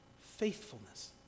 faithfulness